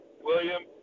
William